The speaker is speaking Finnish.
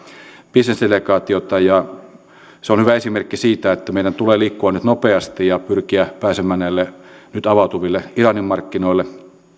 bisnesdelegaatiota se on hyvä esimerkki siitä että meidän tulee liikkua nyt nopeasti ja pyrkiä pääsemään näille nyt avautuville iranin markkinoille